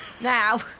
now